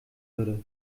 würde